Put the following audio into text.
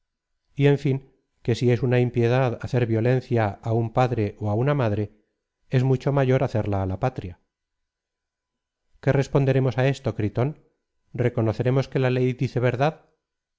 y en fin que si es una impiedad hacer violencia á un padre ó á una madre es mucho mayor hacerla á la patria qué responderemos á esto gritón reconoceremos que la ley dice verdad